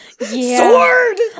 Sword